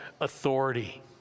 authority